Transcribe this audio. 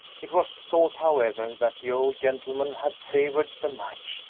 it was thought, however, that the old gentleman had favored the match,